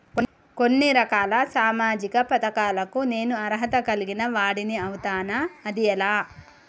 కొన్ని రకాల సామాజిక పథకాలకు నేను అర్హత కలిగిన వాడిని అవుతానా? అది ఎలా?